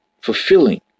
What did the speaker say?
fulfilling